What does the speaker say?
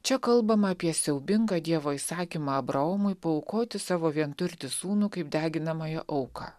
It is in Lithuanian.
čia kalbama apie siaubingą dievo įsakymą abraomui paaukoti savo vienturtį sūnų kaip deginamąją auką